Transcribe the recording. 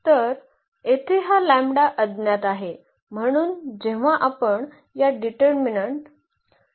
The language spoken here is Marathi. तर येथे हा लॅम्बडा अज्ञात आहे